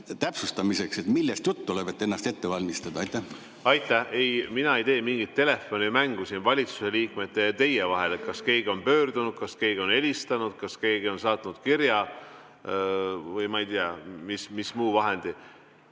täpsustamaks, millest juttu tuleb, et ennast ette valmistada. Aitäh! Ei, mina ei tee mingit telefonimängu valitsuse liikmete ja teie vahel, et kas keegi on pöördunud, kas keegi on helistanud, kas keegi on saatnud kirja või, ma ei tea, muu vahendi.